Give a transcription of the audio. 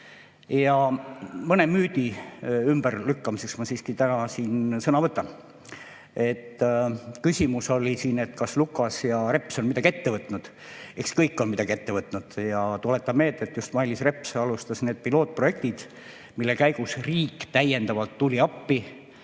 Ja mõne müüdi ümberlükkamiseks ma täna siin sõna võtangi. Küsimus oli, kas Lukas ja Reps on midagi ette võtnud. Eks kõik on midagi ette võtnud. Tuletan meelde, et just Mailis Reps alustas neid pilootprojekte, mille käigus riik tuli täiendavalt appi